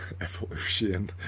evolution